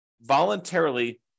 voluntarily